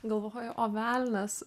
galvoju o velnias